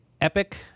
Epic